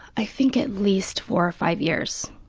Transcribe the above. i think at least four or five years